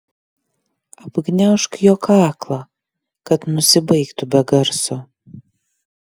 apgniaužk jo kaklą kad nusibaigtų be garso